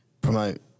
promote